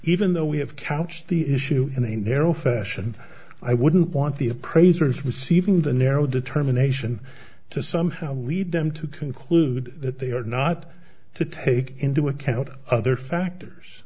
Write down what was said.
even though we have couched the issue in a narrow fashion i wouldn't want the appraisers receiving the narrow determination to somehow lead them to conclude that they are not to take into account other factors